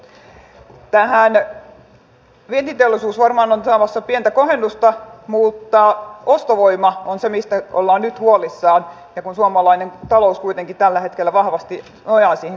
tähän vientiteollisuus varmaan on saamassa pientä kohennusta mutta ostovoima on se mistä ollaan nyt huolissaan kun suomalainen talous kuitenkin tällä hetkellä nojaa siihen kotimaiseen ostovoimaan